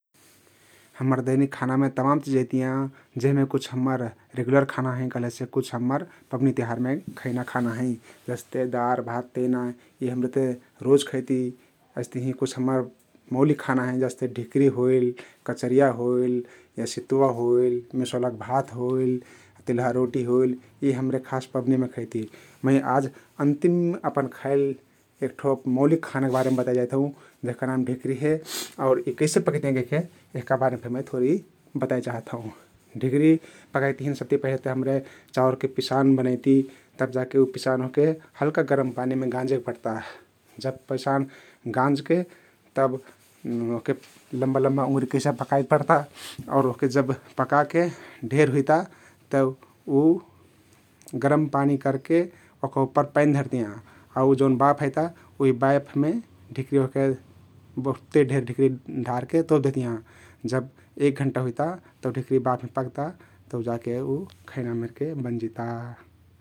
हम्मर दैनिक खानामे तमान चिझ अइतियाँ । जेहमे कुछ हम्मर रेगुलर खाना हँइ कहलेसे कुछ हम्मर पवनी तिउहारमे खैना खाना हँइ । जस्ते दार, भात, तेना यी हमरे ते रोज खैती । अइस्तहिं कुछ हम्मर मौलिक खाना हँइ । जस्ते ढिकरी होइल, कचरिया होइल या सितुवा होइल, मिसउलाक भात होइल, तिल्हा रोटी होइल यी हमर खास पवनीमे खैती । मै आज अन्तिम अपन खइल एक ठो मौलिक खानाक बारेम बताइ जाइत हउँ जेहका नाम ढिकरी हे आउर यी कैसे पकैतियाँ कैहके यहका बारेम फे थोरी बताइ चाहथौं । ढिकरी पकाइक तहिन सबति पहिले ते हमरे चाउरके पिसान बनैति तब जाके उ पिसान ओहके हल्का गरम पानीमे गाँजेक पर्ता । जब पसान गाँजके तब ओहके तब लम्बा लम्बा उँगरी कैसा पकाइ पर्ता आउर ओहके जब पकाके ढेर हुइता तउ उ गरम पानी करके ओहका उप्पर पैन धरतियाँ आउ जउन बाफ आइता उही बाफमे ढिकरी ओहके बहुत ढेर ढिकरी डारके तोप देहतियाँ । जब एक घण्टा हुइता तउके ढिकरी बाफमे पक्ता तउ जा के उ खैना मेरके बनजिता ।